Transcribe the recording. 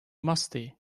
musty